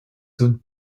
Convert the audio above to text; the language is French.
zones